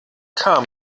kam